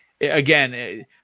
again